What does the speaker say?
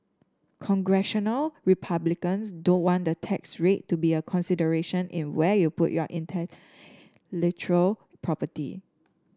congressional Republicans don't want the tax rate to be a consideration in where you put your intellectual property